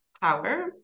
power